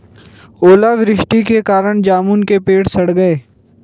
ओला वृष्टि के कारण जामुन के पेड़ सड़ गए